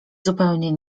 zupełnie